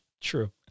True